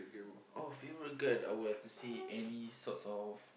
oh favourite gun I would have to say any sorts of